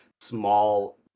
small